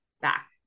back